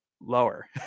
lower